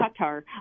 Qatar